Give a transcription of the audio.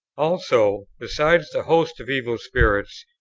also, besides the hosts of evil spirits,